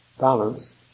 balance